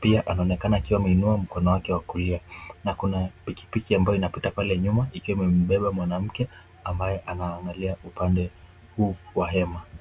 pia anaonekana akiwa ameinua mkono wake wa kulia na kuna pikipiki ambayo inapita pale nyuma ikiwa imebeba mwanamke ambaye anaangalia upande huu wa hema.